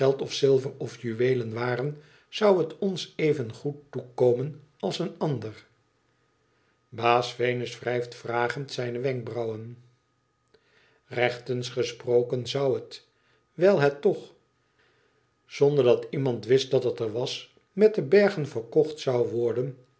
of zilver of juweelen waren zou het ons evengoed toekomen als een ander baas venus wrijft vragend zijne wenkbrauwen rechtens gesproken zou het wijl het toch zonder dat iemand wist dat het er was met de bergen verkocht zou worden